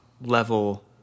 level